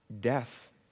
death